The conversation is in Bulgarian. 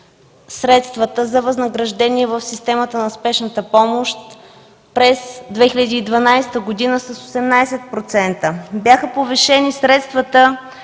средствата за възнаграждение в системата на спешната помощ през 2012 г. с 18%. Бяха повишени средствата